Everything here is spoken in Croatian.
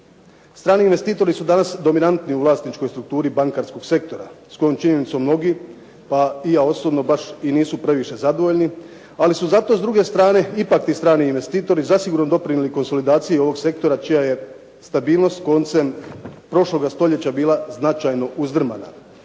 Strani investitori su danas dominantni u vlasničkoj strukturi bankarskog sektora s kojom činjenicom mnogi pa i ja osobno baš i nisu previše zadovoljni. Ali su zato s druge strane ipak ti strani investitori zasigurno doprinijeli konsolidaciji ovog sektora čija je stabilnost koncem prošloga stoljeća bila značajno uzdrmana.